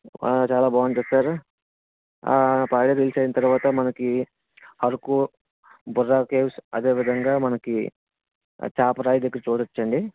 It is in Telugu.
చాలా బాగుంటుంది సార్ పాడేరు హిల్స్ అయిన తర్వాత మనకి అరకు బొర్రా కేవ్స్ అదే విధంగా మనకి చాపరాయి దగ్గర చూడచ్చండి